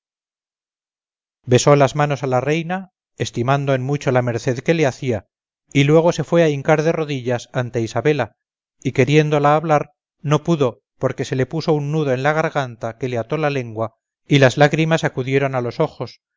besó las manos a la reina estimando en mucho la merced que le hacía y luego se fue a hincar de rodillas ante isabela y queriéndola hablar no pudo porque se le puso un nudo en la garganta que le ató la lengua y las lágrimas acudieron a los ojos